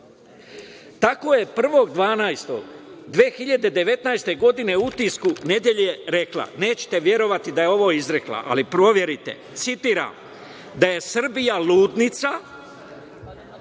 Tako je 1.12.2019. godine u „Utisku nedelje“, rekla, nećete verovati da je ovo izrekla, ali proverite, citiram – da je Srbija ludnica,